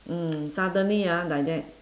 mm suddenly ah like that